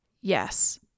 Yes